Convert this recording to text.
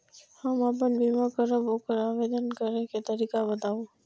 हम आपन बीमा करब ओकर आवेदन करै के तरीका बताबु?